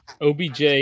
OBJ